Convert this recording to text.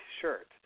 shirt